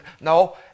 no